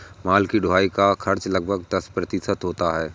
माल की ढुलाई का खर्च लगभग दस प्रतिशत होता है